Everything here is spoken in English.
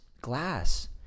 Glass